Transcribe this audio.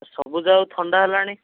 ସବୁଯାକ ଥଣ୍ଡା ହେଲାଣି